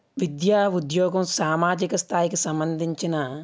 విద్యా ఉద్యోగం సామాజిక స్థాయికి సంబంధించిన